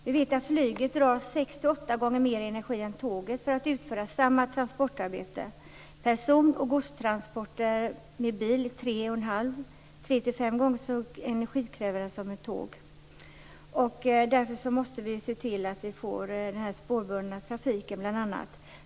Vi vet att flyget drar sex till åtta gånger mer energi än tåget för att utföra samma transportarbete. Person och godstransporter med bil är tre till fem gånger så energikrävande som med tåg. Därför måste vi se till att få den här spårbundna trafiken.